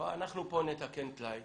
אנחנו פה נתקן טלאי